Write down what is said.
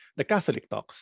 thecatholictalks